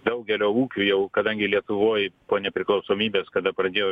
daugelio ūkių jau kadangi lietuvoj po nepriklausomybės kada pradėjo